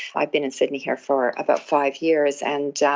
i've been in sydney here for about five years and, yeah